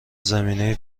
زمینه